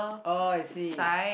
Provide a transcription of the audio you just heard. oh I see